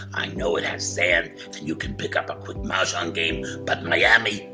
i know it has sand, and you can pick up a quick mah jongg game, but miami,